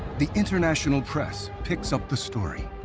the international press picks up the story.